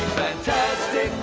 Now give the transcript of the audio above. fantastic!